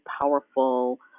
powerful